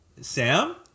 Sam